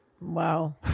wow